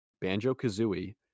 Banjo-Kazooie